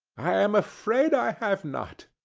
i am afraid i have not.